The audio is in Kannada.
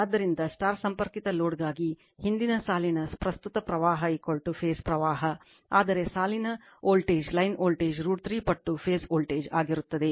ಆದ್ದರಿಂದ Star ಸಂಪರ್ಕಿತ ಲೋಡ್ಗಾಗಿ ಹಿಂದಿನ ಸಾಲಿನ ಪ್ರಸ್ತುತ ಪ್ರವಾಹ ಫೇಸ್ ಪ್ರವಾಹ ಆದರೆ ಸಾಲಿನ ವೋಲ್ಟೇಜ್ ಲೈನ್ ವೋಲ್ಟೇಜ್ √ 3 ಪಟ್ಟು ಫೇಸ್ ವೋಲ್ಟೇಜ್ ಆಗಿರುತ್ತದೆ